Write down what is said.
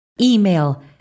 email